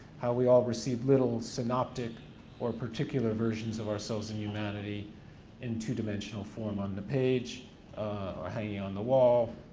how we all receive little synoptic or particular versions of ourselves in humanity in two dimensional form on the page or hanging on the wall,